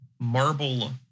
marble